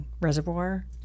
reservoir